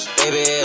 baby